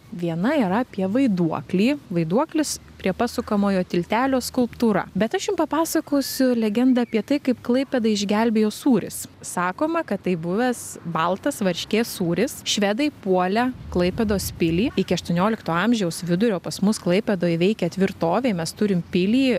viena yra apie vaiduoklį vaiduoklis prie pasukamojo tiltelio skulptūra bet aš jum papasakosiu legendą apie tai kaip klaipėdą išgelbėjo sūris sakoma kad tai buvęs baltas varškės sūris švedai puolė klaipėdos pilį iki aštuoniolikto amžiaus vidurio pas mus klaipėdoj veikė tvirtovė mes turim pilį